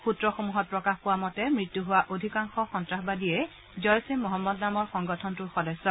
সূত্ৰসমূহত প্ৰকাশ পোৱা মতে মৃত্যু হোৱা অধিকাংশ সন্ত্ৰাসবাদীয়েই জইছ ঈ মহম্মদ নামৰ সংগঠনটোৰ সদস্য